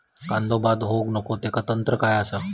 कांदो बाद होऊक नको ह्याका तंत्र काय असा?